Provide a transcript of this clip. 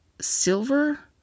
Silver